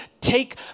take